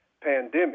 pandemic